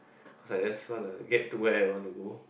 because I just want the get to way I want to go